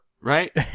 right